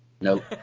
Nope